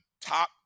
top